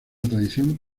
tradición